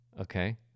Okay